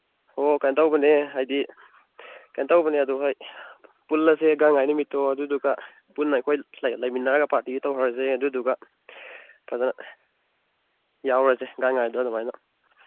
ꯑꯣ ꯀꯩꯅꯣ ꯇꯧꯕꯅꯦ ꯍꯥꯏꯗꯤ ꯀꯩꯅꯣ ꯇꯧꯕꯅꯦ ꯑꯗꯨ ꯍꯣꯏ ꯄꯨꯜꯂꯁꯦ ꯒꯥꯟꯉꯥꯏ ꯅꯨꯃꯤꯠꯇꯣ ꯑꯗꯨꯗꯨꯒ ꯄꯨꯟꯅ ꯑꯩꯈꯣꯏ ꯂꯩꯃꯤꯟꯅꯔꯒ ꯄꯥꯔꯇꯤ ꯇꯧꯔꯁꯦ ꯑꯗꯨꯗꯨꯒ ꯐꯖ ꯌꯥꯎꯔꯁꯦ ꯒꯥꯟꯉꯥꯏꯗꯣ ꯑꯗꯨꯃꯥꯏꯅ